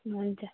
हुन्छ